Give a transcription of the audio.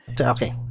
Okay